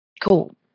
Cool